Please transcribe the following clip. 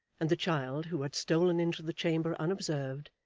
and the child, who had stolen into the chamber unobserved,